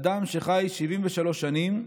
אדם שחי 73 שנים,